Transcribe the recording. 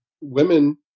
women